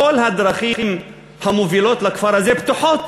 כל הדרכים המובילות לכפר הזה פתוחות